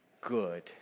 good